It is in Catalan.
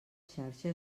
xarxa